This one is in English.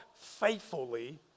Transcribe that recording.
faithfully